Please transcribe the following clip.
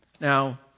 Now